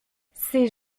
ses